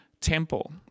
temple